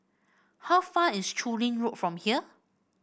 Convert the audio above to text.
how far away is Chu Lin Road from here